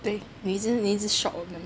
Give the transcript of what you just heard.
对你一直一直 shock 我们